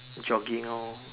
jogging lor